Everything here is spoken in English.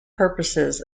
purposes